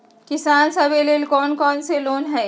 किसान सवे लेल कौन कौन से लोने हई?